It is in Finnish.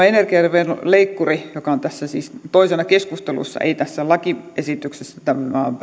energiaveroleikkurissa joka on tässä siis toisena keskustelussa ei tässä lakiesityksessä tämä on